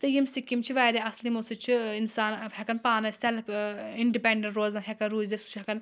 تہٕ یِم سِکیٖم چھِ واریاہ اصٕل یِمو سۭتۍ چھُ ٲں انسان ہیٚکان پانٔے سیٚلٕف ٲں اِنڈِپیٚنٛڈیٚنٛٹ روزان ہیٚکان روٗزِتھ سُہ چھُنہٕ ہیٚکان